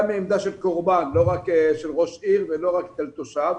גם מעמדה של קורבן ולא רק של ראש עיר ולא רק של תושב.